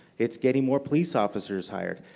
it's getting more police officers hired.